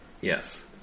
Yes